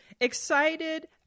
excited